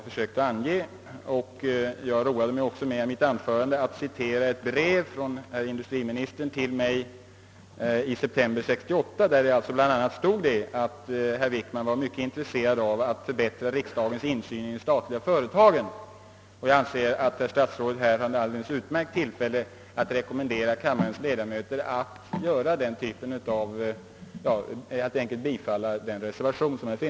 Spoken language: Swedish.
I mitt anförande roade jag mig också med att citera ett brev från herr industriministern till mig i september 1968 då herr Wickman bl.a. skrev att han var mycket intresserad av att förbättra riksdagens insyn i de statliga företagen. Jag anser att herr statsrådet här har ett alldeles utmärkt tillfälle att tillämpa sin princip genom att rekommendera kammarens ledamöter att bifalla reservationen.